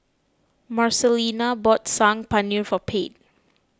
Marcelina bought Saag Paneer for Pate